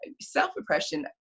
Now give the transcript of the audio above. self-oppression